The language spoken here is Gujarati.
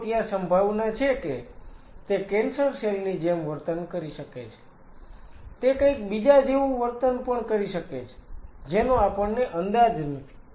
તો ત્યાં સંભાવના છે કે તે કેન્સર સેલ ની જેમ વર્તન કરી શકે છે તે કંઈક બીજા જેવું વર્તન પણ કરી શકે છે જેનો આપણને અંદાજ નથી